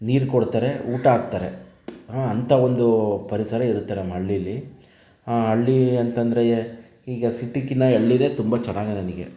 ನೀರು ಕೊಡ್ತಾರೆ ಊಟ ಹಾಕ್ತಾರೆ ಹಾ ಅಂಥ ಒಂದು ಪರಿಸರ ಇರುತ್ತೆ ನಮ್ಮ ಹಳ್ಳಿಯಲ್ಲಿ ಹಾ ಹಳ್ಳಿ ಅಂತಂದರೆ ಈಗ ಸಿಟಿಕಿಂತ ಹಳ್ಳಿಯೇ ತುಂಬ ಚೆನ್ನಾಗಿ ನನಗೆ